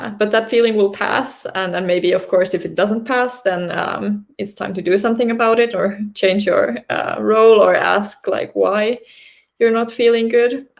and but that feeling will pass, and maybe of course if it doesn't pass, then it's time to do something about it, or change your role, or ask like why you're not feeling good.